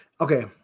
Okay